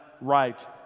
right